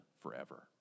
forever